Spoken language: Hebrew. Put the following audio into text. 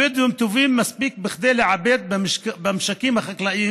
הבדואים טובים מספיק כדי לעבד במשקים החקלאיים